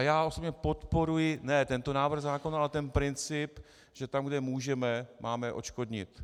Já osobně podporuji ne tento návrh zákona, ale ten princip, že tam, kde můžeme, máme odškodnit.